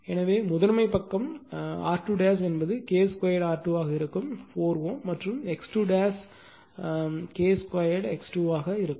எனவே முதன்மை பக்க R2 என்பது K 2 R2 ஆக இருக்கும் 4 Ω மற்றும் X2 K 2 X2 ஆக இருக்கும்